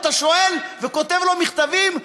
אתה שואל וכותב לו מכתבים,